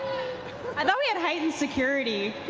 i thought we had heightened security.